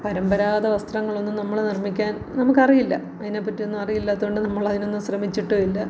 പരമ്പരാഗത വസ്ത്രങ്ങളൊന്നും നമ്മൾ നിർമ്മിക്കാൻ നമുക്കറിയില്ല അതിനെപ്പറ്റിയൊന്നും അറിയില്ലാത്തതു കൊണ്ട് നമ്മളതിനൊന്നും ശ്രമിച്ചിട്ടുമില്ല